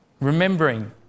remembering